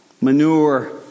Manure